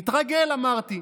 יתרגל, אמרתי.